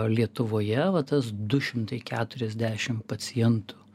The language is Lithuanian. lietuvoje va tas du šimtai keturiasdešim pacientų